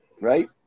right